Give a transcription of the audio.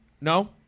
No